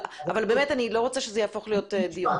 אבל אני באמת לא רוצה שזה יהפוך להיות דיון.